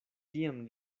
tiam